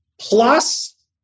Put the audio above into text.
plus